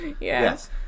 Yes